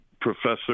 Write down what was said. professor